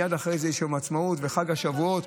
ומייד אחר כך יום העצמאות וחג השבועות,